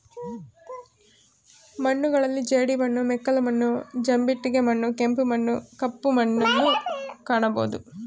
ಮಣ್ಣುಗಳಲ್ಲಿ ಜೇಡಿಮಣ್ಣು, ಮೆಕ್ಕಲು ಮಣ್ಣು, ಜಂಬಿಟ್ಟಿಗೆ ಮಣ್ಣು, ಕೆಂಪು ಮಣ್ಣು, ಕಪ್ಪು ಮಣ್ಣುನ್ನು ಕಾಣಬೋದು